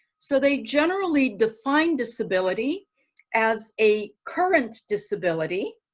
so they generally define disability as a current disability,